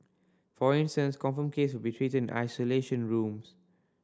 for instance confirmed case will be treated in isolation rooms